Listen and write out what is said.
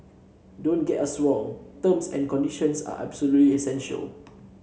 don't get us wrong terms and conditions are absolutely essential